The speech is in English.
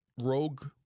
rogue